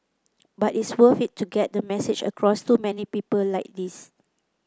but it's worth it to get the message across to many people like this